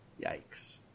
Yikes